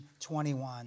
21